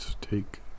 take